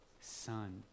son